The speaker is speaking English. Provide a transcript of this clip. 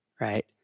right